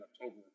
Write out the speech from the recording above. October